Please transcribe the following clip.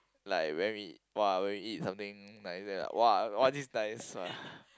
like when we !wah! when we eat something nice then like !wah! all these nice ah